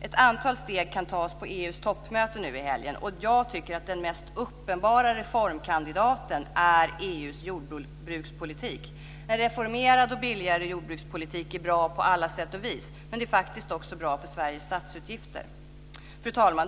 Ett antal steg kan tas på EU:s toppmöte nu i helgen, och jag tycker att den mest uppenbara reformkandidaten är EU:s jordbrukspolitik. En reformerad, billigare, jordbrukspolitik är bra på alla sätt och vis. Det är faktiskt också bra för Sveriges statsutgifter. Fru talman!